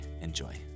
Enjoy